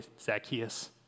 Zacchaeus